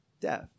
death